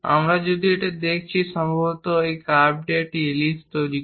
আমরা যদি এটি দেখছি সম্ভবত এই কার্ভটি একটি ইলিপ্স তৈরি করে